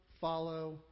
follow